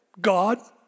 God